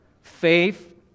faith